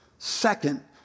Second